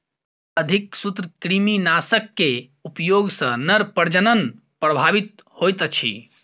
अधिक सूत्रकृमिनाशक के उपयोग सॅ नर प्रजनन प्रभावित होइत अछि